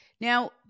Now